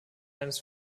eines